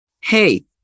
hey